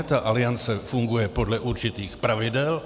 Ta Aliance funguje podle určitých pravidel.